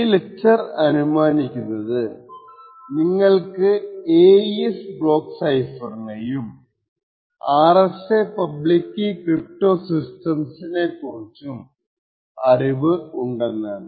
ഈ ലെക്ച്ചറർ അനുമാനിക്കുന്നത് നിങ്ങള്ക്ക് AES ബ്ലോക്ക് സൈഫറിനെയും RSA പബ്ലിക് കീ ക്രിപ്റ്റോ സിസ്റ്റംനെ കുറിച്ചുള്ള അറിവ് ഉണ്ടെന്നാണ്